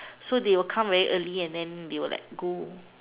so they will come very early and then they will like go